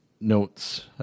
notes